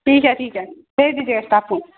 ٹھیک ہے ٹھیک ہے بھیج دیجیے کو